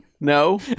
No